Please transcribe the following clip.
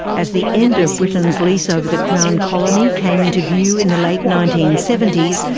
as the end of britain's lease over the crown colony came into view in the late nineteen seventy s,